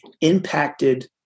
impacted